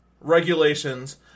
regulations